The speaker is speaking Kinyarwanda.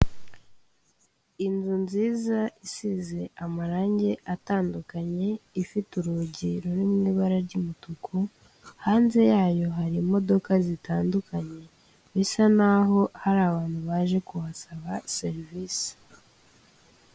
Inzu nziza isize amarangi atandukanye ifite urugi ruri mu ibara ry'umutuku hanze yayo hari imodoka zitandukanye bisa naho hari abantu baje kuhasaba serivisi.